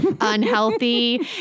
unhealthy